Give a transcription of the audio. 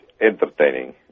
entertaining